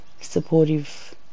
supportive